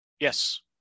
yes